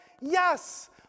Yes